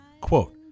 Quote